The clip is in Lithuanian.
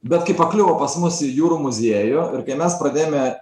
bet kai pakliuvo pas mus į jūrų muziejų ir kai mes pradėjome